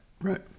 Right